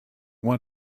want